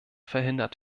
verhindert